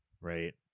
Right